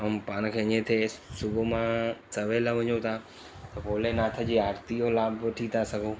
ऐं पाण खे हीअं थिएसि सुबुह मां सवेल वञूं था त भोलेनाथ जी आरतीअ जो लाभ वठी था सघूं